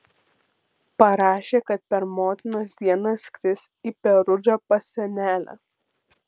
parašė kad per motinos dieną skris į perudžą pas senelę